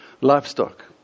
livestock